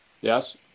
Yes